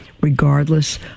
regardless